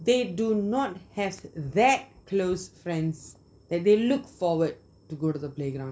they do not have that close friends that they look forward to go to the playground